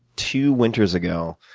two winters ago.